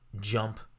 jump